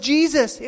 Jesus